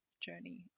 journey